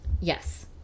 Yes